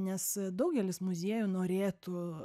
nes daugelis muziejų norėtų